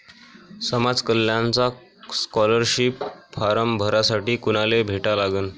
समाज कल्याणचा scholarship form भरासाठी कुनाले भेटा लागन?